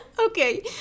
Okay